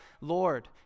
Lord